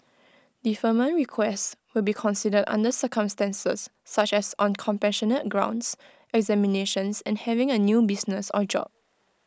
deferment requests will be considered under circumstances such as on compassionate grounds examinations and having A new business or job